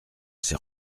ses